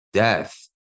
Death